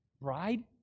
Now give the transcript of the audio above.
bride